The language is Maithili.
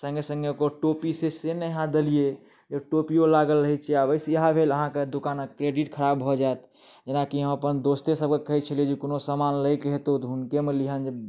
संगहि संगहि ओकर टोपी से से नहि अहाँ देलिये जे टोपियो लागल रहै छै आब एहि से इएह भेल अहाँके दोकानके क्रेडिट खराब भऽ जायत जेना कि हम अपन दोस्ते सभके कहै छेलियै कि जे कोनो सामान लैके हेतौ तऽ हुनकेमे लिहेँ जे